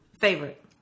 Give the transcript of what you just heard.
Favorite